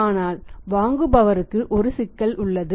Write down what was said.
ஆனால் வாங்குபவருக்கு ஒரு சிக்கல் உள்ளது